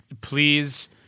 please